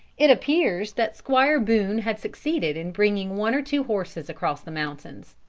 it appears that squire boone had succeeded in bringing one or two horses across the mountains.